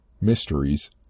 mysteries